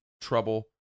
trouble